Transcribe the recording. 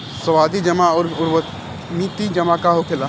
सावधि जमा आउर आवर्ती जमा का होखेला?